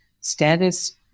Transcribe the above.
status